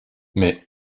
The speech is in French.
mais